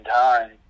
time